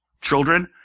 Children